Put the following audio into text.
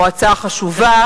מועצה חשובה.